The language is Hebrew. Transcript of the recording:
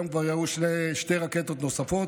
היום כבר ירו שתי רקטות נוספות,